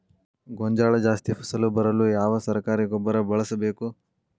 ಗೋಂಜಾಳ ಜಾಸ್ತಿ ಫಸಲು ಬರಲು ಯಾವ ಸರಕಾರಿ ಗೊಬ್ಬರ ಬಳಸಬೇಕು?